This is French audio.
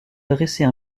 dresser